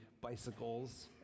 bicycles